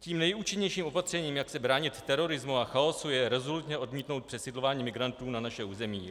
Tím nejúčinnějším opatřením, jak se bránit terorismu a chaosu, je rezolutně odmítnout přesidlování migrantů na naše území.